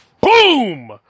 Boom